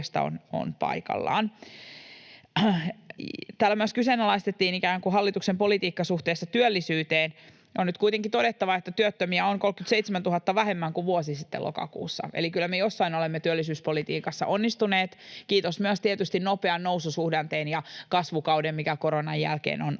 Täällä myös kyseenalaistettiin ikään kuin hallituksen politiikka suhteessa työllisyyteen. On nyt kuitenkin todettava, että työttömiä on 37 000 vähemmän kuin vuosi sitten lokakuussa, eli kyllä me jossain olemme työllisyyspolitiikassa onnistuneet, kiitos myös tietysti nopean noususuhdanteen ja kasvukauden, mikä koronan jälkeen on